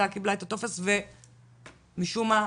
ומשום מה,